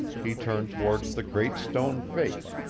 he turned towards the great stone face,